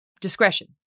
discretion